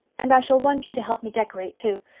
and i shall want you to help me decorate too.